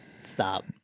Stop